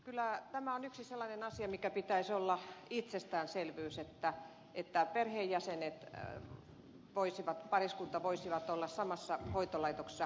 kyllä tämä on yksi sellainen asia mikä pitäisi olla itsestään selvyys että perheenjäsenet voisivat pariskunta voisi olla samassa hoitolaitoksessa